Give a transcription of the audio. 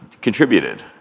contributed